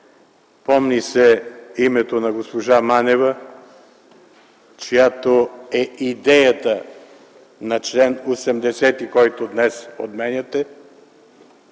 помни се името на госпожа Манева, чиято е идеята за чл. 80, който днес отменяте,